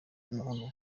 umuntu